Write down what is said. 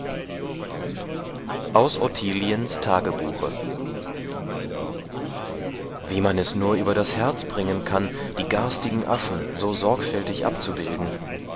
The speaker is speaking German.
aus ottiliens tagebuche wie man es nur über das herz bringen kann die garstigen affen so sorgfältig abzubilden